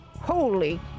Holy